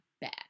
bad